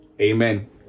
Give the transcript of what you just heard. amen